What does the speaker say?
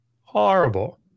Horrible